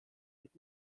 mit